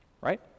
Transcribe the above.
Right